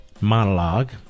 monologue